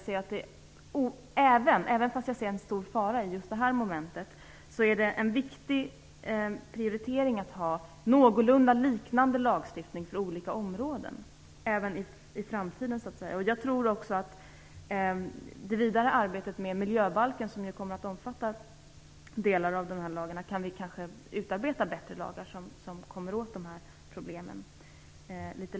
Så även om jag ser en stor fara med just detta moment är det en viktig prioritering att ha någorlunda liknande lagstiftning på olika områden även i framtiden. I det vidare arbetet med miljöbalken, som ju kommer att omfatta delar av dessa lagar, kan vi kanske utarbeta bättre lagar som kommer åt de här problemen.